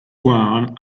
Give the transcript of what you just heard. one